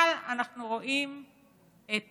אבל אנחנו רואים את